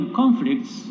conflicts